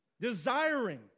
desiring